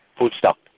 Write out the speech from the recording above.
full-stop.